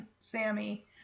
Sammy